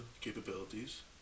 capabilities